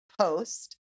Post